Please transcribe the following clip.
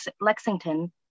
Lexington